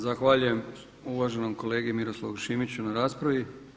Zahvaljujem uvaženom kolegi Miroslavu Šimiću na raspravi.